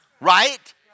Right